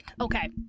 okay